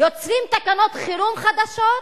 יוצרים תקנות חירום חדשות,